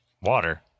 water